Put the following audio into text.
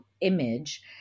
image